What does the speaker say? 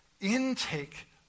intake